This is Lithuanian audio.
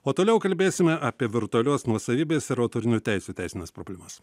o toliau kalbėsime apie virtualios nuosavybės ir autorinių teisių teisines problemas